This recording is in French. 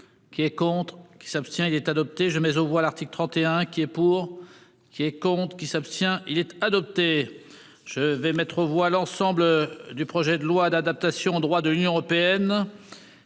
Qui est contre qui s'abstient il est adopté, je mets aux voix l'article 31 qui est pour qui est compte qui s'abstient-il être adopté. Je vais mettre aux voix l'ensemble du projet de loi d'adaptation au droit de l'Union européenne.